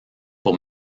pour